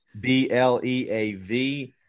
B-L-E-A-V